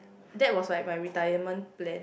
that was like my retirement plan